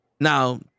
now